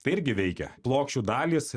tai irgi veikia plokščių dalys